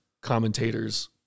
commentators